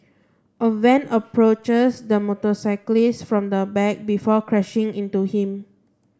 a van approaches the motorcyclist from the back before crashing into him